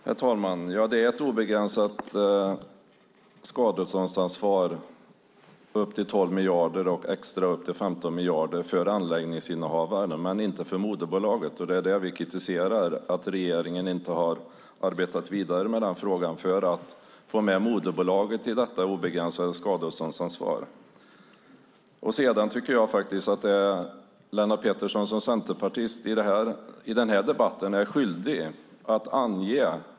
Herr talman! Det är ett obegränsat skadeståndsansvar upp till 12 miljarder och extra upp till 15 miljarder för anläggningshavare, men inte för moderbolaget. Det vi har kritiserat regeringen för är att regeringen inte har arbetat vidare med frågan för att få med moderbolaget i detta obegränsade skadeståndsansvar. Jag tycker att Lennart Pettersson som Centerpartiets representant i den här debatten är skyldig att svara.